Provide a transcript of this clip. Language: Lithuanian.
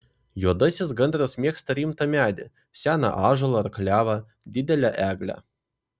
juodasis gandras mėgsta rimtą medį seną ąžuolą ar klevą didelę eglę